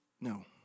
no